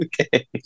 okay